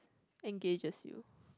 engages you